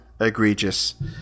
egregious